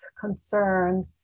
concern